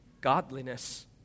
godliness